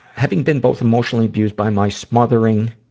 having been both emotionally abused by my smothering,